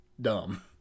dumb